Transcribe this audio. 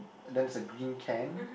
then there's a green can